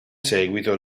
seguito